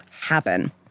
happen